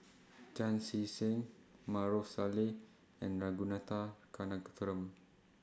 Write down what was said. Chan Chee Seng Maarof Salleh and Ragunathar Kanagasuntheram